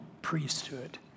priesthood